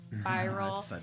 spiral